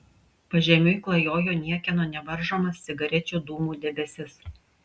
pažemiui klajojo niekieno nevaržomas cigarečių dūmų debesis